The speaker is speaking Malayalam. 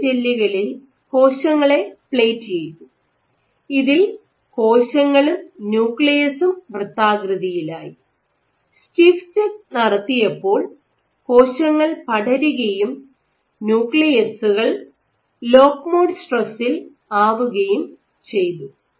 സോഫ്റ്റ് ജെല്ലുകളിൽ കോശങ്ങളെ പ്ലേറ്റ് ചെയ്തു ഇതിൽ കോശങ്ങളും ന്യൂക്ലിയസും വൃത്താകൃതിയിലായി സ്റ്റിഫ് ചെക്ക് നടത്തിയപ്പോൾ കോശങ്ങൾ പടരുകയും ന്യൂക്ലിയസുകൾ ലോക്ക് മോഡ് സ്ട്രെസ്സിൽ ആവുകയും ചെയ്തു